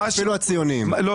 אני